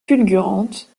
fulgurante